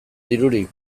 dirurik